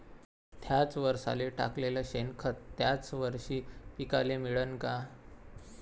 थ्याच वरसाले टाकलेलं शेनखत थ्याच वरशी पिकाले मिळन का?